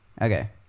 Okay